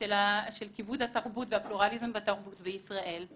של כיבוד התרבות והפלורליזם בתרבות בישראל,